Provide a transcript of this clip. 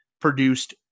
produced